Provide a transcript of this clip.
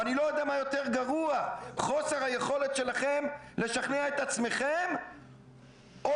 ואני לא יודע מה יותר גרוע חוסר היכולת שלכם לשכנע את עצמכם או